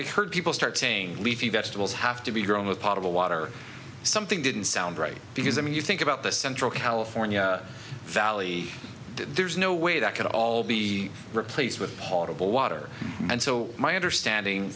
heard people start saying leafy vegetables have to be grown with pot of water something didn't sound right because i mean you think about the central california valley there's no way that could all be replaced with horrible water and so my understanding